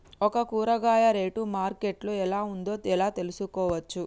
ఒక కూరగాయ rate market లో ఎలా ఉందో ఎలా తెలుసుకోవచ్చు?